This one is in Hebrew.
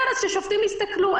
כן, אז ששופטים יסתכלו.